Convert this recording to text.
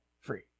free